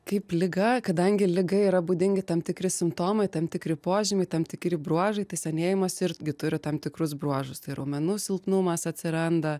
kaip liga kadangi liga yra būdingi tam tikri simptomai tam tikri požymiai tam tikri bruožai tai senėjimas irgi turi tam tikrus bruožus tai raumenų silpnumas atsiranda